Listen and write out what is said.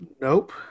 nope